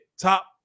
top